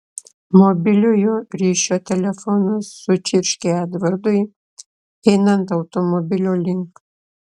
mobiliojo ryšio telefonas sučirškė edvardui einant automobilio link